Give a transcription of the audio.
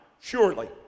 Surely